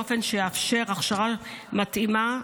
באופן שיאפשר הכשרה מתאימה שלהם,